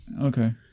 Okay